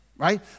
right